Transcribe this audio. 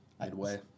midway